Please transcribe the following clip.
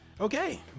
okay